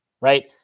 right